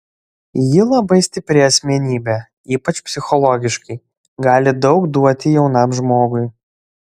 ji labai stipri asmenybė ypač psichologiškai gali daug duoti jaunam žmogui